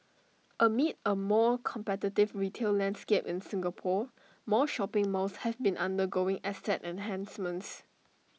amid A more competitive retail landscape in Singapore more shopping malls have been undergoing asset enhancements